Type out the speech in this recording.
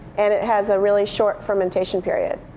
and it has a really short fermentation period.